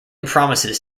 promises